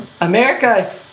America